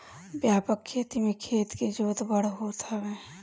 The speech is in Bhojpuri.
व्यापक खेती में खेत के जोत बड़ होत हवे